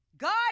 God